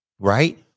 right